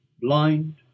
blind